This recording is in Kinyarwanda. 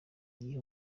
igihe